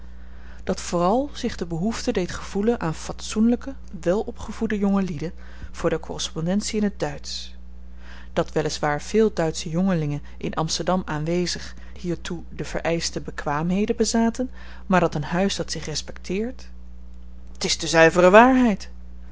dat vooral zich de behoefte deed gevoelen aan fatsoenlyke welopgevoede jongelieden voor de korrespondentie in het duitsch dat wel is waar veel duitsche jongelingen in amsterdam aanwezig hiertoe de vereischte bekwaamheden bezaten maar dat een huis dat zich respekteert t is de zuivere waarheid